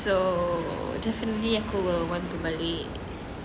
so definitely aku will want to malay